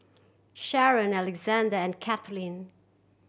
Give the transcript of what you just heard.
Sharen Alexande and Kathleen